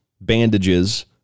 bandages